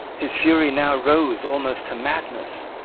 his fury now rose almost to madness.